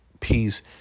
peace